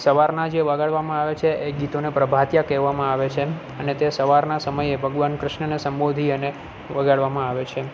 સવારના જે વગાડવામાં આવે છે એ ગીતોને પ્રભાતિયા કહેવામાં આવે છે અને તે સવારના સમયે ભગવાન ક્રિશ્નને સંબોધી અને વગાડવામાં આવે છે